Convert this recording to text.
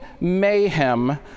mayhem